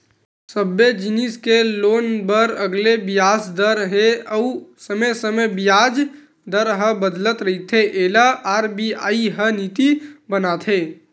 सबे जिनिस के लोन बर अलगे बियाज दर हे अउ समे समे बियाज दर ह बदलत रहिथे एला आर.बी.आई ह नीति बनाथे